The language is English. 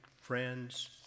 friends